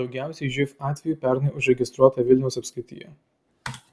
daugiausiai živ atvejų pernai užregistruota vilniaus apskrityje